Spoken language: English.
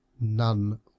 None